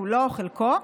כולו או חלקו,